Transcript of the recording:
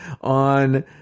on